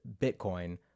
Bitcoin